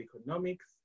Economics